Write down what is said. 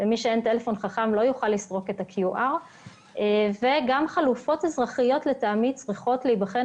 לטעמי גם חלופות אזרחיות צריכות להיבחן